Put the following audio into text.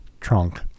trunk